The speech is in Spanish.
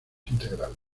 integrales